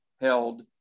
held